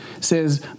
says